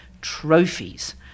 trophies